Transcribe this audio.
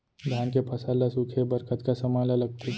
धान के फसल ल सूखे बर कतका समय ल लगथे?